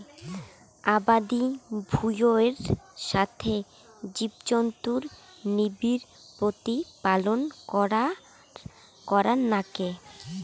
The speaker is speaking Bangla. আবাদি ভুঁইয়ের সথে জীবজন্তুুর নিবিড় প্রতিপালন করার নাগে